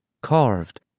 carved